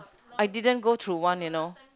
I didn't go through one you know